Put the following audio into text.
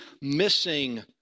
missing